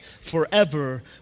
Forever